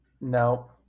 no